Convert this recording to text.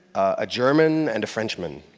a german, and a frenchman.